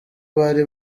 bari